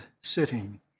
sitting